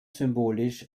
symbolisch